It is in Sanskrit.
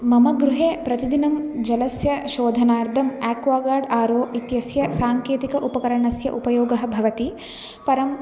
मम गृहे प्रतिदिनं जलस्य शोधनार्थम् आक्वागार्ड् आरो इत्यस्य साङ्केतिकः उपकरणस्य उपयोगः भवति परम्